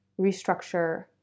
restructure